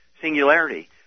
Singularity